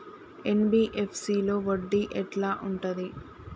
NBFC లో వడ్డీ ఎట్లా ఉంటది?